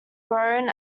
grown